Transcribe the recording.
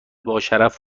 باشرف